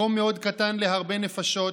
מקום מאוד קטן להרבה נפשות.